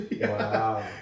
Wow